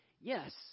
Yes